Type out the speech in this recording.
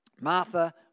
Martha